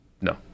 no